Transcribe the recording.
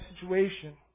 situation